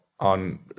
on